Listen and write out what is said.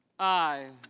i.